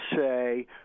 say